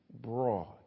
broad